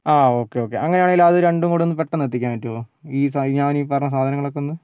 ആ okay okay അങ്ങനെയാണെങ്കിൽ അത് രണ്ടും കൂടി ഒന്ന് പെട്ടെന്ന് എത്തിക്കാൻ പറ്റുമോ ഈ ഞാൻ ഈ പറഞ്ഞ സാധനങ്ങളൊക്കെ ഒന്ന്